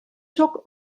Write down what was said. çok